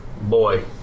Boy